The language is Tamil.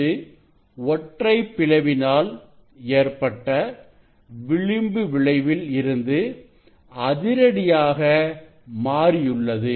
இது ஒற்றைப் பிளவினால் ஏற்பட்ட விளிம்பு விளைவில் இருந்து அதிரடியாக மாறியுள்ளது